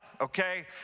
okay